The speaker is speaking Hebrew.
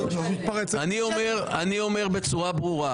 אני אומר בצורה ברורה